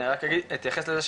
אני רק אתייחס לזה,